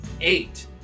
eight